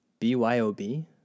BYOB